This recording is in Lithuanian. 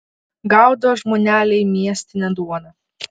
gaudo žmoneliai miestinę duoną